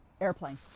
Airplane